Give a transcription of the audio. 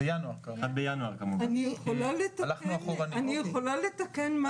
אני יכולה לתקן משהו?